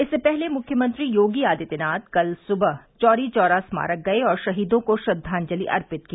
इससे पहले मुख्यमंत्री योगी आदित्यनाथ कल सुबह चौरी चौरा स्मारक गए और शहीदों को श्रद्वांजलि अर्पित की